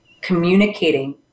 communicating